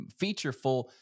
featureful